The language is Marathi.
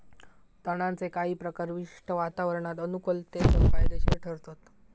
तणांचे काही प्रकार विशिष्ट वातावरणात अनुकुलतेसह फायदेशिर ठरतत